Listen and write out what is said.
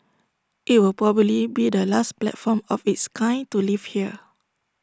IT will probably be the last platform of its kind to leave here